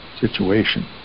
situation